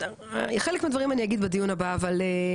חלק מהדברים אני אגיד בדיון הבא, אבל,